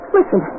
Listen